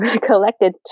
collected